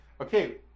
okay